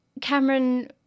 Cameron